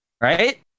Right